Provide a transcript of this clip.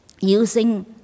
using